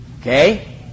Okay